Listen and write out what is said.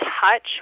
touch